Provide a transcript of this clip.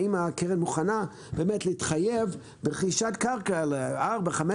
האם הקרן מוכנה להתחייב ברכישת קרקע לארבע חמש